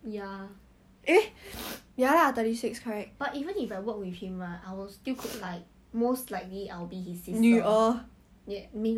he cry leh you know that scene of him crying right I cry also lah !walao! 真的很很伤心 like but actually he